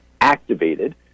activated